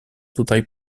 tutaj